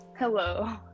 Hello